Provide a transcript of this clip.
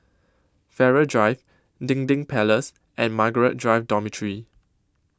Farrer Drive Dinding Place and Margaret Drive Dormitory